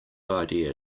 idea